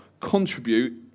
contribute